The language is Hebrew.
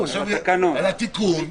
זה חוכא ואיטלולא, זה לא דמוקרטיה מה שקורה פה.